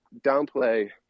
downplay